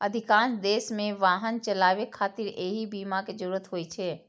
अधिकांश देश मे वाहन चलाबै खातिर एहि बीमा के जरूरत होइ छै